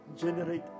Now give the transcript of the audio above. generate